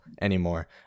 anymore